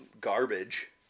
garbage